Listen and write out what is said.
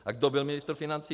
A kdo byl ministr financí?